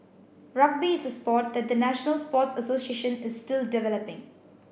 Rugby is a sport that the national sports association is still developing